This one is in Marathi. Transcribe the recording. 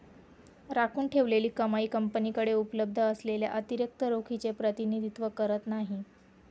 राखून ठेवलेली कमाई कंपनीकडे उपलब्ध असलेल्या अतिरिक्त रोखीचे प्रतिनिधित्व करत नाही